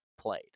played